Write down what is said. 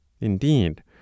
Indeed